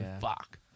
Fuck